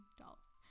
dolls